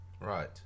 Right